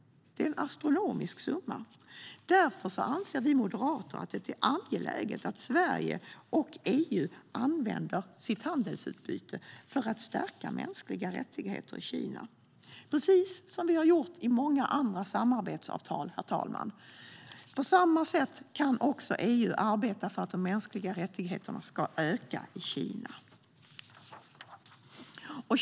Det är en astronomisk summa. Därför anser vi moderater att det är angeläget att Sverige och EU använder handelsutbytet för att stärka mänskliga rättigheter i Kina, precis som vi har gjort i många andra samarbetsavtal, herr talman. På samma sätt kan EU arbeta för att de mänskliga rättigheterna ska öka i Kina.